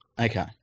Okay